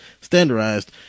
standardized